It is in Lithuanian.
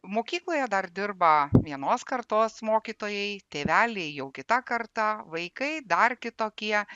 mokykloje dar dirba vienos kartos mokytojai tėveliai jau kita karta vaikai dar kitokie